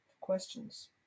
questions